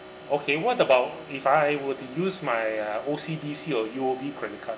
okay what about if I were to use my uh O_C_B_C or U_O_B credit cards